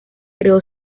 creó